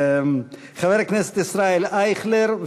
חבר הכנסת ישראל אייכלר,